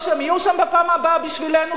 או שהם יהיו שם בפעם הבאה בשבילנו,